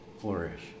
flourish